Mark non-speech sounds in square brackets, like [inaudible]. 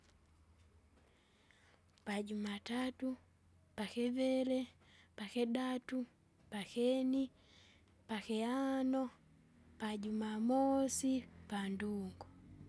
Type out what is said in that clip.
Pajumatatu, pakiviri, pakidatu, pakeni, pakihano, [noise] pajumamosi, [noise] pandungu. [noise]